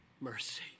mercy